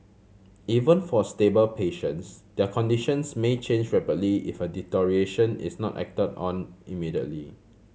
even for stable patients their conditions may change rapidly if a deterioration is not acted on immediately